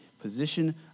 position